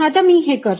आता मी हे करतो